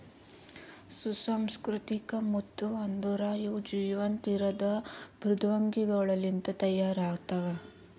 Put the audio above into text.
ಸುಸಂಸ್ಕೃತಿಕ ಮುತ್ತು ಅಂದುರ್ ಇವು ಜೀವಂತ ಇರದ್ ಮೃದ್ವಂಗಿಗೊಳ್ ಲಿಂತ್ ತೈಯಾರ್ ಆತ್ತವ